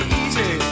easy